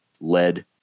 lead